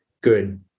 good